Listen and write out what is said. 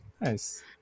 Nice